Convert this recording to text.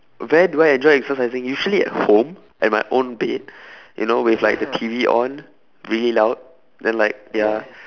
where do I enjoy exercising usually at home at my own bed you know with like the T_V on really loud then like ya